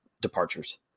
departures